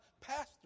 pastor